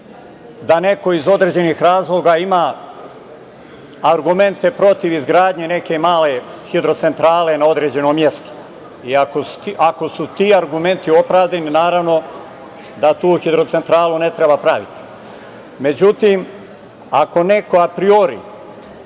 da neko iz određenih razloga ima argumente protiv izgradnje neke male hidrocentrale na određenom mesto i ako su ti argumenti opravdani, naravno da tu hidrocentralu ne treba praviti.Međutim, ako neko apriori